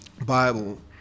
Bible